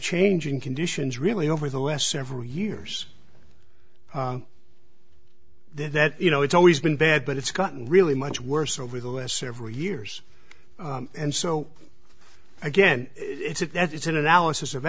changing conditions really over the last several years there that you know it's always been bad but it's gotten really much worse over the last several years and so again it's it that it's an analysis of